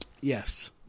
Yes